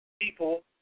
people